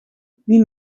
wie